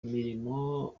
imirimo